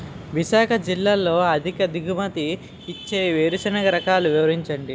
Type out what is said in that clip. విశాఖ జిల్లాలో అధిక దిగుమతి ఇచ్చే వేరుసెనగ రకాలు వివరించండి?